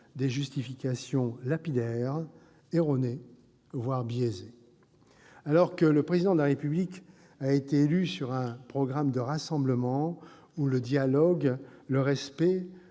des justifications lapidaires, erronées, voire biaisées. Alors que le Président de la République a été élu sur un programme de rassemblement, dans lequel le dialogue, le respect,